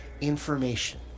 information